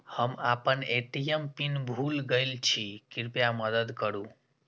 हम आपन ATM pin भूल गईल छी, कृपया मदद करू